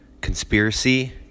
Conspiracy